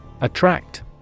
Attract